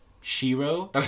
Shiro